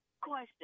Question